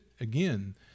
Again